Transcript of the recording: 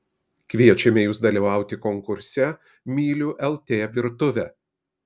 kviečiame jus dalyvauti konkurse myliu lt virtuvę